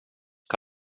que